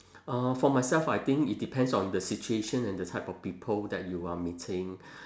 uh for myself I think it depends on the situation and the type of people that you are meeting